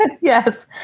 Yes